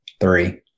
three